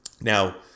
Now